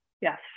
Yes